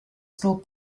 still